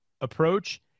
approach